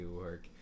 work